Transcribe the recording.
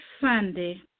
Sunday